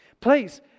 please